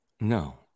No